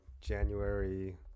January